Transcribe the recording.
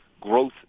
growth